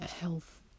health